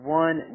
one